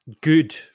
good